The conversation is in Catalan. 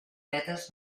lletres